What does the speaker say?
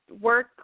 work